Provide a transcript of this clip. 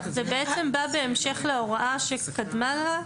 זה בעצם בא בהמשך להוראה שקדמה לה,